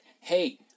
hey